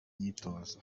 myitozo